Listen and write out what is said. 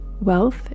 Wealth